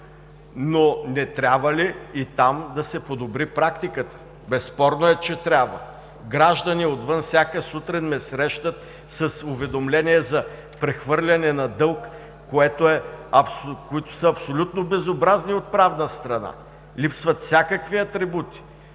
Не трябва ли и там да се подобри практиката? Безспорно е, че трябва. Граждани отвън всяка сутрин ме срещат с уведомления за прехвърляне на дълг, които са абсолютно безобразни от правна страна, липсват всякакви атрибути,